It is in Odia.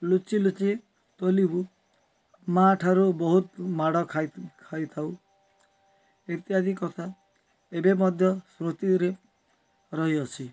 ଲୁଚି ଲୁଚି ତୋଲିବୁ ମାଆ ଠାରୁ ବହୁତ ମାଡ଼ ଖାଇ ଖାଇଥାଉ ଇତ୍ୟାଦି କଥା ଏବେ ମଧ୍ୟ ସ୍ମୃତିରେ ରହିଅଛି